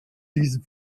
diesem